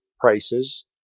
prices